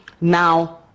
Now